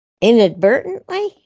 inadvertently